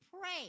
pray